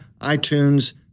iTunes